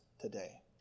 today